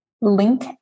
link